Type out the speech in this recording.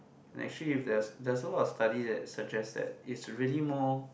and actually if there's there's a lot of study that suggest that it's really more